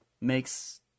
makes